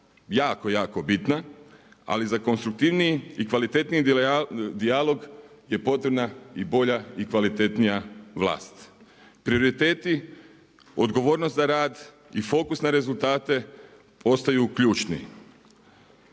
jako, jako bitna, ali za konstruktivniji i kvalitetniji dijalog je potrebna i bolja i kvalitetnija vlast. Prioriteti, odgovornost za rad i fokus na rezultate ostaju ključni.